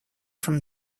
from